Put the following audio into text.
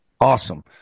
Awesome